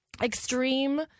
Extreme